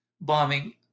bombing